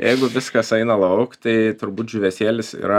jeigu viskas eina lauk tai turbūt džiūvėsėlis yra